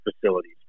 facilities